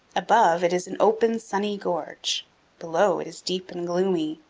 above, it is an open, sunny gorge below, it is deep and gloomy.